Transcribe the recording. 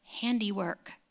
handiwork